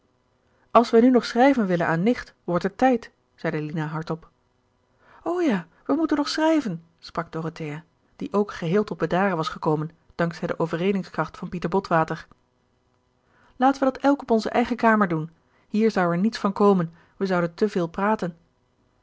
als wij nu nog schrijven willen aan nicht wordt het tijd zeide lina hardop o ja we moeten nog schrijven sprak dorothea die ook geheel tot bedaren was gekomen dank zij de overredingskracht van pieter botwater laten wij dat elk op onze eigen kamer doen hier zou er niets van komen wij zouden te veel praten